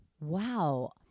Wow